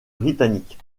britannique